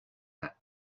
that